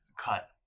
cut